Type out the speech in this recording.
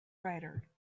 writer